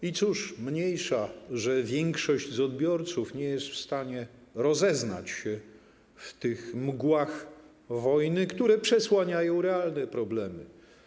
I cóż, mniejsza, że większość z odbiorców nie jest w stanie rozeznać się w tych mgłach wojny, które przesłaniają realne problemy.